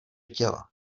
těla